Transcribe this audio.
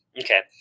Okay